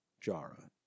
Jara